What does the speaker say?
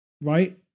right